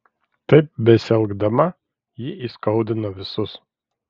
taip besielgdama ji įskaudina visus